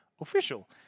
Official